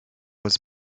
was